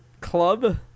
Club